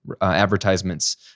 advertisements